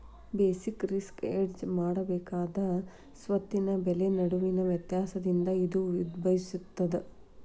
basic risk hedge ಮಾಡಬೇಕಾದ ಸ್ವತ್ತಿನ ಬೆಲೆ ನಡುವಿನ ವ್ಯತ್ಯಾಸದಿಂದ ಇದು ಉದ್ಭವಿಸ್ತದ